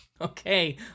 okay